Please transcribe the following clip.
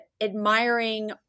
admiring